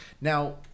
Now